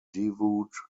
devout